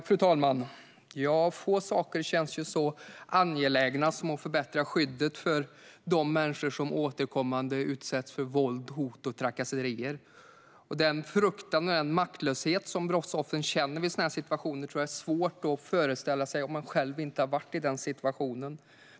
Fru talman! Få saker känns så angelägna som att förbättra skyddet för de människor som återkommande utsätts för våld, hot och trakasserier. Den fruktan och maktlöshet som brottsoffren känner vid sådana här situationer tror jag att det är svårt att föreställa sig om man själv inte har varit i den situationen.